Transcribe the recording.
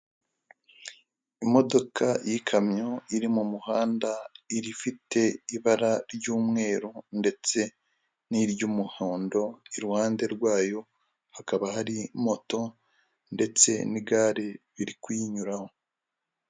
Imodoka y'ikamyo iri mu muhanda irifite ibara ry'umweru ndetse n'iry'umuhondo iruhande rwayo hakaba hari moto ndetse n'igare biri kuyuraho.